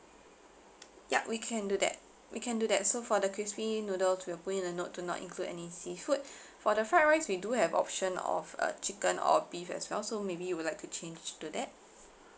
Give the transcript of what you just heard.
ya we can do that we can do that so for the crispy noodles we'll put in a note to not include any seafood for the fried rice we do have option of uh chicken or beef as well so maybe you would like to change to that